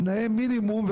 תנאי מינימום,